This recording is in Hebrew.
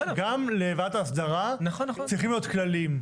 גם לוועדת ההסדרה צריכים להיות כללים.